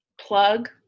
plug